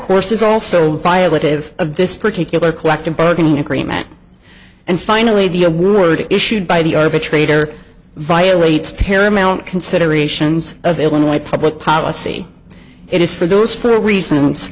is also violative of this particular collective bargaining agreement and finally the a word issued by the arbitrator violates paramount considerations of illinois public policy it is for those for reasons